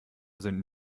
sind